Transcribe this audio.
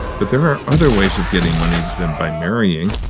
but there are other ways of getting money than by marrying,